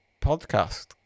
podcast